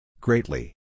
Greatly